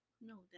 No